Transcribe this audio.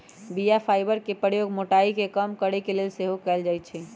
बीया फाइबर के प्रयोग मोटाइ के कम करे के लेल सेहो कएल जाइ छइ